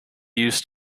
used